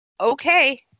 okay